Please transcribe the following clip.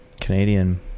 Canadian